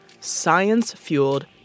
science-fueled